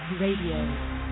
Radio